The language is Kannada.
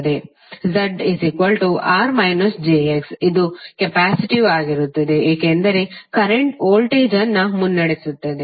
Z R jX ಅದು ಕೆಪ್ಯಾಸಿಟಿವ್ ಆಗಿರುತ್ತದೆ ಏಕೆಂದರೆ ಕರೆಂಟ್ ವೋಲ್ಟೇಜ್ ಅನ್ನು ಮುನ್ನಡೆಸುತ್ತದೆ